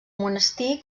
monestir